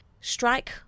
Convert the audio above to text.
strike